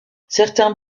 certains